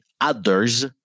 others